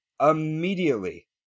immediately